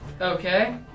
Okay